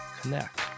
connect